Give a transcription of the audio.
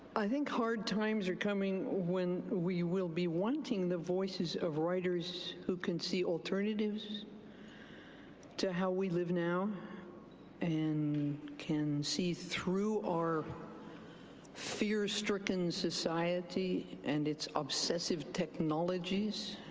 i think hard times are coming when we will be wanting the voices of writers who can see alternatives to how we live now and can see through our fear-stricken society and its obsessive technologies